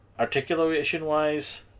Articulation-wise